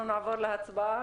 אנחנו נעבור להצבעה.